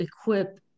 equip